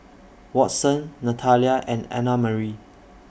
Watson Natalya and Annamarie